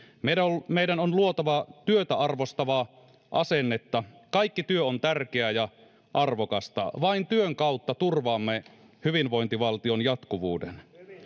meidän on meidän on luotava työtä arvostavaa asennetta kaikki työ on tärkeää ja arvokasta vain työn kautta turvaamme hyvinvointivaltion jatkuvuuden